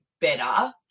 better